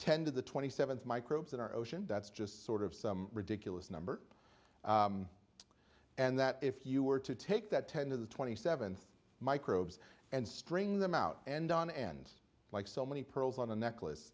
ten to the twenty seventh microbes in our ocean that's just sort of some ridiculous number and that if you were to take that ten to the twenty seventh microbes and string them out and on end like so many pearls on a necklace